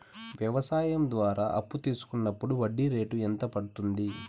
వ్యవసాయం ద్వారా అప్పు తీసుకున్నప్పుడు వడ్డీ రేటు ఎంత పడ్తుంది